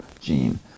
gene